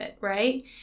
right